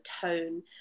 tone